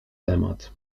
temat